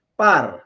par